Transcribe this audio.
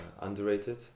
underrated